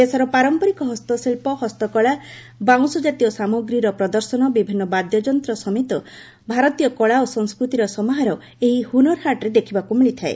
ଦେଶର ପାରମ୍ପରିକ ହସ୍ତଶିଳ୍ପ ହସ୍ତକଳା ବାଉଁଶ ଜାତୀୟ ସାମଗ୍ରୀର ପ୍ରଦର୍ଶନ ବିଭିନ୍ନ ବାଦ୍ୟଯନ୍ତ ସମେତ ଭାରତୀୟ କଳା ଓ ସଂସ୍କୃତିର ସମାହାର ଏହି ହୁନରହାଟ୍ରେ ଦେଖିବାକୁ ମିଳିଥାଏ